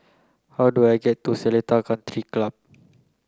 how do I get to Seletar Country Club